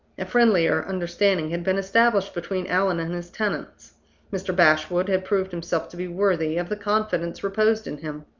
a friendlier understanding had been established between allan and his tenants mr. bashwood had proved himself to be worthy of the confidence reposed in him